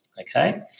okay